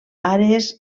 àrees